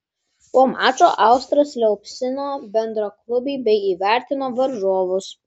po mačo austras liaupsino bendraklubį bei įvertino varžovus